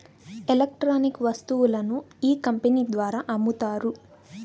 electronic వస్తువులను ఈ company ద్వారా అమ్ముతారు